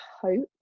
hope